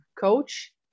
coach